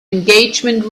engagement